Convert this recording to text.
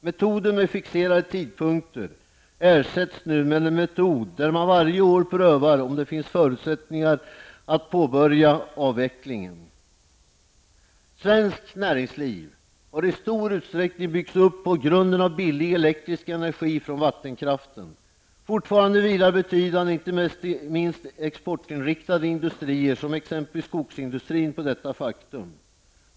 Metoden med fixerade tidpunkter ersätts nu med en metod där man varje år prövar om det finns förutsättningar att påbörja avvecklingen. Svenskt näringsliv har i stor utsträckning byggts upp på grunden av billig elektrisk energi från vattenkraften. Fortfarande vilar betydande, inte minst exportintriktade industrier som t.ex skogsindustrin på detta faktum.